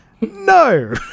no